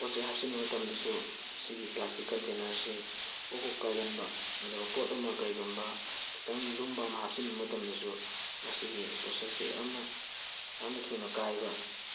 ꯄꯣꯠꯆꯩ ꯍꯥꯞꯆꯤꯟꯕ ꯃꯇꯝꯗꯁꯨ ꯁꯤꯒꯤ ꯄ꯭ꯂꯥꯁꯇꯤꯛ ꯀꯟꯇꯦꯅꯔ ꯑꯁꯤ ꯄꯣꯞ ꯄꯣꯞ ꯀꯥꯏꯒꯟꯕ ꯑꯗꯨꯒ ꯄꯣꯠ ꯑꯃ ꯀꯩꯒꯨꯝꯕ ꯈꯤꯇꯪ ꯂꯨꯝꯕ ꯑꯃ ꯍꯥꯞꯆꯤꯟꯕ ꯃꯇꯝꯗꯁꯨ ꯃꯁꯤꯒꯤ ꯄꯣꯠꯁꯛꯁꯤ ꯌꯥꯝꯅ ꯌꯥꯝꯅ ꯊꯨꯅ ꯀꯥꯏꯕ